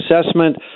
assessment